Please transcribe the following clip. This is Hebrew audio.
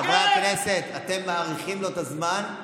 חבר הכנסת חנוך מלביצקי, בבקשה.